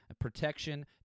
protection